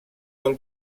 del